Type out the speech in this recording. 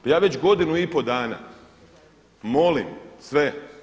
Pa ja već godinu i pol dana molim sve.